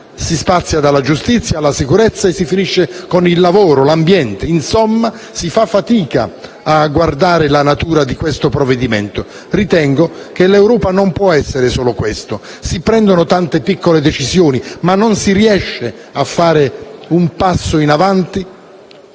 si spazia dalla giustizia alla sicurezza e si finisce con il lavoro, l'ambiente, insomma si fa fatica a guardare la natura di questo provvedimento. Ritengo che l'Europa non possa essere solo questo: si prendono tante piccole decisioni, ma non si riesce a far fare un passo in avanti